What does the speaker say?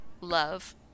love